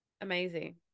amazing